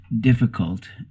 difficult